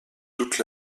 toute